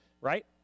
right